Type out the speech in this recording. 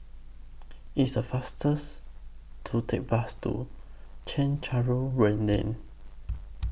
It's A faster to Take Bus to Chencharu Rain Lane